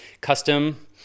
custom